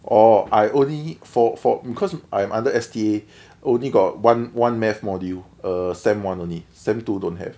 orh I only for for because I am under S_T_A only got one one math module err sem one only sem two don't have